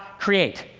create.